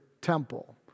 temple